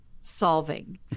solving